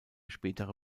spätere